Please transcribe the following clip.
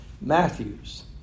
Matthew's